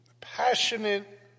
passionate